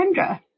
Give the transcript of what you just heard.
Kendra